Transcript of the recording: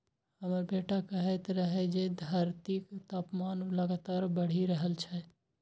हमर बेटा कहैत रहै जे धरतीक तापमान लगातार बढ़ि रहल छै